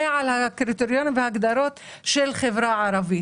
על הקריטריונים וההגדרות של החברה הערבית.